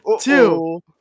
Two